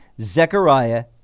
Zechariah